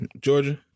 Georgia